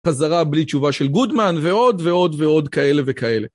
חזרה בלי תשובה של גודמן ועוד ועוד ועוד כאלה וכאלה.